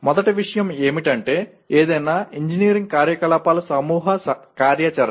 మొదటి విషయం ఏమిటంటే ఏదైనా ఇంజనీరింగ్ కార్యకలాపాలు సమూహ కార్యాచరణ